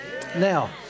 now